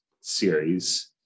series